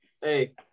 Hey